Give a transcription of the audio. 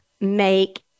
make